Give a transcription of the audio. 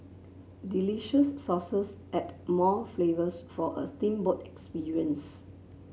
delicious sauces add more flavours for a steamboat experience